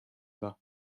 даа